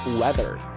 weather